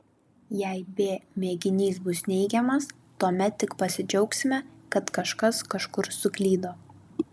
jei b mėginys bus neigiamas tuomet tik pasidžiaugsime kad kažkas kažkur suklydo